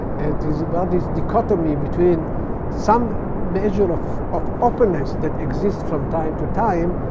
it is about this dichotomy between some measure of of openness that exists from time to time,